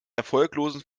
erfolglosen